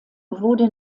wurde